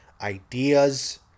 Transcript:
ideas